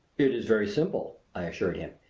it is very simple, i assured him.